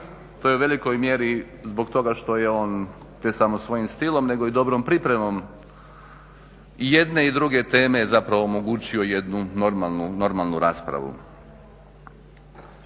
to je u velikoj mjeri zbog toga što je on, ne samo svojim stilom, nego i dobrom pripremom jedne i druge teme zapravo omogućio jednu normalnu raspravu.